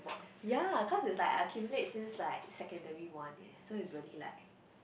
yea cause is like accumulate since like secondary one leh so is really like